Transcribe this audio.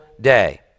day